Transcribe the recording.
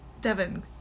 Devin